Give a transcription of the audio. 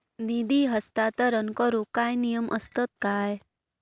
निधी हस्तांतरण करूक काय नियम असतत काय?